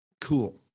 Cool